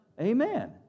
amen